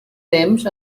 temps